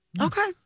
Okay